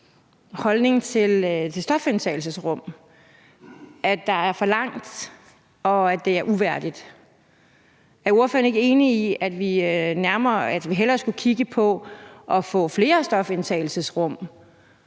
holdning til stofindtagelsesrum, altså at der er for langt, og at det er uværdigt. Er ordføreren ikke enig i, at vi hellere skulle kigge på at få flere stofindtagelsesrum